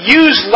use